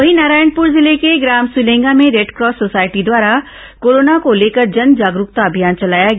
वहीं नारायणपुर जिले के ग्राम सुलेंगा में रेडक्रास सोसायटी द्वारा कोरोना को लेकर जनजागरूकता अभियान चलाया गया